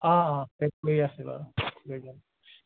অঁ অঁ পেক কৰি আছোঁ বাৰু লৈ যাব